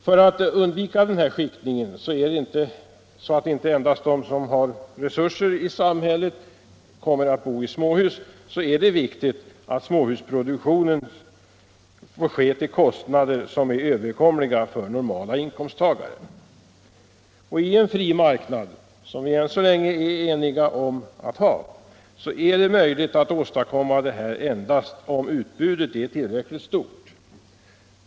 För att undvika denna skiktning så att det inte endast är de resursstarka som kommer att bo i småhus är det viktigt att småhusproduktionen får ske till kostnader som är överkomliga för normala inkomsttagare. I en fri marknad, som vi än så länge är eniga om att ha, är det möjligt att åstadkomma detta endast om utbudet är tillräckligt stort.